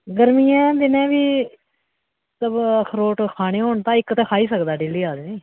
गर्मियें दिनै बी अखरोट खाने होन तां इक ते खाई सकदा डेह्ली आदमी